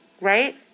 right